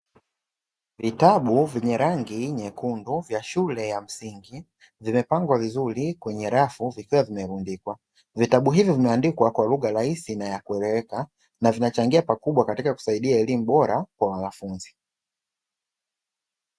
Vitabu vyenye rangi nyekundu vya shule ya msingi, vimepangwa vizuri kwenye rafu vikiwa vimerunďikwa. Vitabu hivyo vimeandikwa kwa lugha rahisi na yenye kueleweka, na vinachangia pakubwa katika kusaidia elimu bora kwa wanafunzi.